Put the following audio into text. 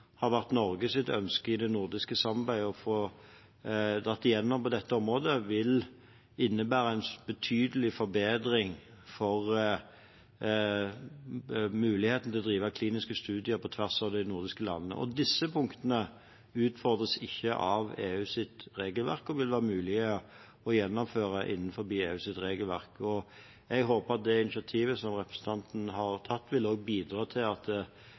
har vært Norges ønske i det nordiske samarbeidet å få gjennom på dette området, vil innebære en betydelig forbedring for muligheten til å drive kliniske studier på tvers av de nordiske landene. Disse punktene utfordres ikke av EUs regelverk, men vil være mulig å gjennomføre innenfor EUs regelverk. Jeg håper at det initiativet representanten har tatt, også vil bidra til at